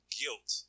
guilt